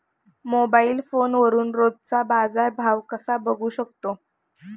Mobile फोनवरून रोजचा बाजारभाव कसा बघू शकतो?